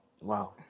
Wow